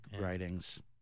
writings